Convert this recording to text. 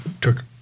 took